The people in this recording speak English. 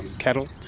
cattle,